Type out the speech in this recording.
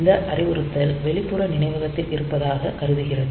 இந்த அறிவுறுத்தல் வெளிப்புற நினைவகத்தில் இருப்பதாக கருதுகிறது